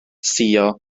suo